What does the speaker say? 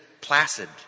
placid